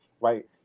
Right